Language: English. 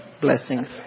blessings